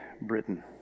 Britain